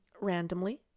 randomly